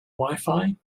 wifi